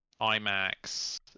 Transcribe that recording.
IMAX